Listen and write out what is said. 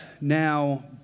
now